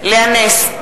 נגד לאה נס,